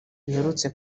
biherutse